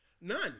None